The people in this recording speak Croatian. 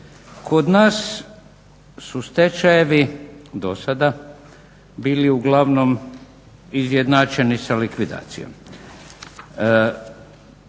Kod nas su stečajevi do sada bili uglavnom izjednačeni sa likvidacijom.